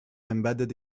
embedded